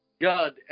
God